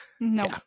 no